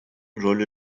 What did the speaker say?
rolü